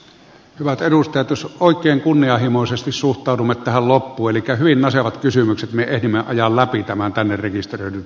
hyvät edustajat jos oikein kunnianhimoisesti suhtaudumme tähän loppuun elikkä hyvin nasevat kysymykset me ehdimme ajaa läpi tämän tänne rekisteröidyn kysymyslistan